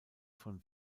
von